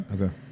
Okay